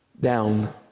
down